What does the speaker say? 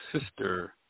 sister